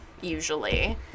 usually